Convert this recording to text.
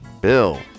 Bill